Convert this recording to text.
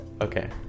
okay